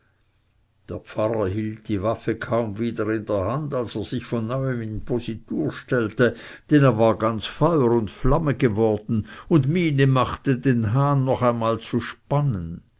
der pfarrer hielt die waffe kaum wieder in der hand als er sich von neuem in positur stellte denn er war ganz feuer und flamme geworden und miene machte den hahn noch einmal zu spannen